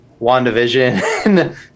WandaVision